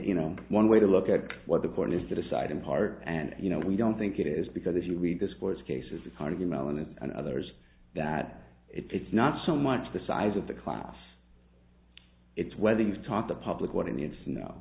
you know one way to look at what the court is to decide in part and you know we don't think it is because if you read the sports cases the carnegie mellon and others that it's not so much the size of the class it's weddings taught the public what it needs